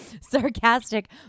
sarcastic